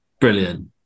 brilliant